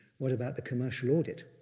what about the commercial audit?